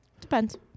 Depends